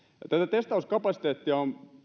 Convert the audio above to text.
testauskapasiteettia